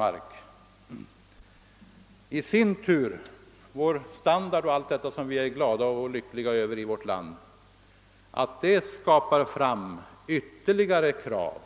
Att sedan vår standard och allt annat som vi är glada för och lyckliga över skapar ytterligare krav,